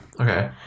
Okay